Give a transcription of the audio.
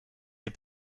des